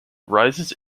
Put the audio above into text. rises